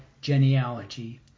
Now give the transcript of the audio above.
genealogy